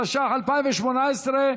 התשע"ח 2018,